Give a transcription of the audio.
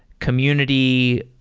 community,